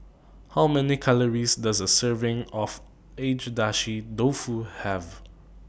How Many Calories Does A Serving of Agedashi Dofu Have